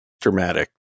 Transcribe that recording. dramatic